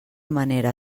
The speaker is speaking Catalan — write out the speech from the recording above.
manera